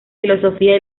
filosofía